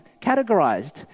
categorized